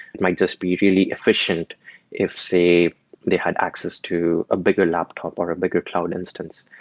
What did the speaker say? it might just be really efficient if say they had access to a bigger laptop or a bigger cloud instance.